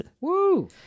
Woo